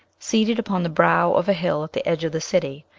seated upon the brow of a hill at the edge of the city.